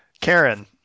Karen